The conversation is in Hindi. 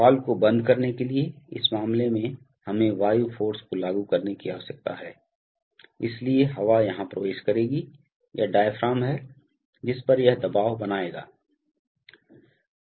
वाल्व को बंद करने के लिए इस मामले में हमें वायु फ़ोर्स को लागू करने की आवश्यकता है इसलिए हवा यहां प्रवेश करेगी यह डायाफ्राम है जिस पर यह एक दबाव बनाएंगI